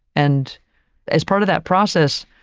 and as part of that process,